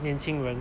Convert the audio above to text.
年轻人